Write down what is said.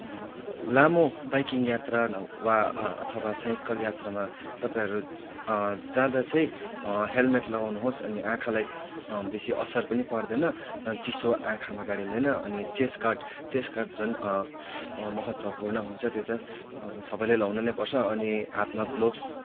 लामो बाइकिङ यात्रा वा अथवा साइकल यात्रामा तपाईँहरू जाँदा चाहिँ हेल्मेट लगाउनुहोस् अनि आँखालाई बेसी असर पनि पार्दैन चिसो आँखामा गाडिँदैन अनि चेस्ट गार्ड चेस्ट गार्ड झन् महत्त्वपूर्ण हुन्छ त्यो झन् सबैले लाउनु नै पर्छ अनि हातमा ग्लोभ्स